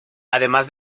además